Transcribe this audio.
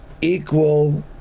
equal